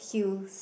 heels